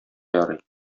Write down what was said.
ярый